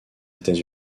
états